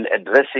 addressing